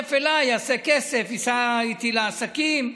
שיצטרף אליי יעשה כסף, ייסע איתי לעסקים.